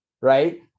Right